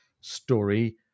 story